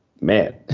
man